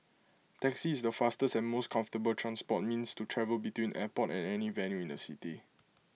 taxi is the fastest and most comfortable transport means to travel between airport and any venue in the city